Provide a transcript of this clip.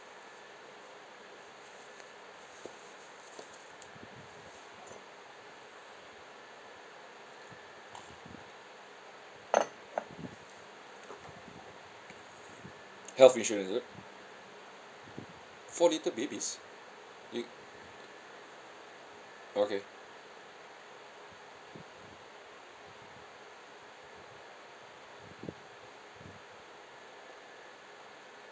health insurance is it four little babies you okay